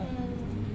mm